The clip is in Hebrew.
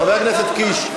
חבר הכנסת קיש.